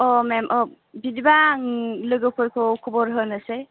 अ मेम अ बिदिबा आं लोगोफोरखौ खबर होनोसै